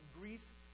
Greece